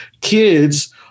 kids